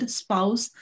spouse